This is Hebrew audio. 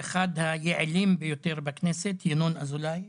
אחד היעילים יותר בכנסת, ינון אזולאי,